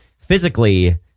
physically